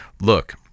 Look